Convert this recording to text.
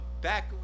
Back